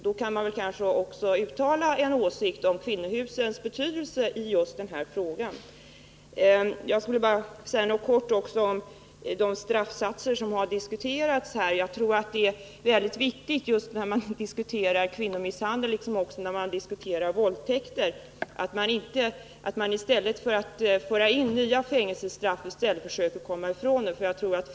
Då kan man kanske också uttala en åsikt om kvinnohusens betydelse i just detta fall. Låt mig vidare kort säga något om de straffsatser som diskuterats. Jag tror det är väldigt viktigt när man diskuterar kvinnomisshandel, liksom när man diskuterar våldtäkter, att man i stället för att föra in nya fängelsestraff försöker komma ifrån fängelsestraff.